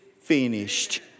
finished